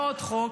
ועוד חוק,